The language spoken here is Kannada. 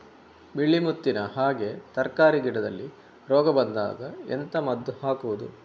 ಬಿಳಿ ಮುತ್ತಿನ ಹಾಗೆ ತರ್ಕಾರಿ ಗಿಡದಲ್ಲಿ ರೋಗ ಬಂದಾಗ ಎಂತ ಮದ್ದು ಹಾಕುವುದು?